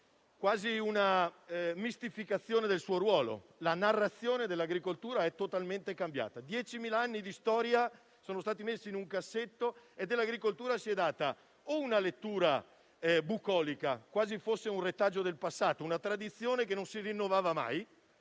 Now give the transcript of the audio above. quasi di una mistificazione. La narrazione dell'agricoltura è totalmente cambiata. Diecimila anni di storia sono stati messi in un cassetto e dell'agricoltura si è data una lettura bucolica (quasi fosse un retaggio del passato, una tradizione che non si rinnovava)